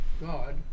God